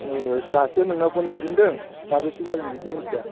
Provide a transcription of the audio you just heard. औ दासो नोंनाव फ'न हरजेनदों साबैसे जागोन बेखौ मिनथिया